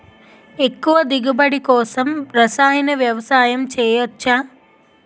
ఎక్కువ దిగుబడి కోసం రసాయన వ్యవసాయం చేయచ్చ?